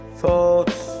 thoughts